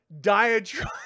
diatribe